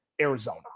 Arizona